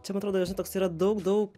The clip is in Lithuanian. čia man atrodo žinai toks yra daug daug